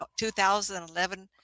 2011